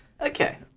Okay